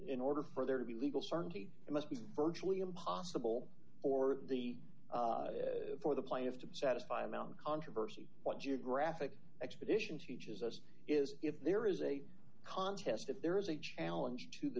in order for there to be legal certainty it must be virtually impossible for the for the plaintiff to satisfy a mountain controversy one geographic expedition teaches us is if there is a contest if there is a challenge to the